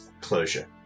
closure